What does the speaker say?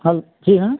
हाँ जी हाँ